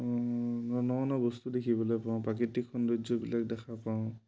ন ন বস্তু দেখিবলৈ পাওঁ প্ৰাকৃতিক সৌন্দৰ্যবিলাক দেখা পাওঁ